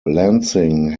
lansing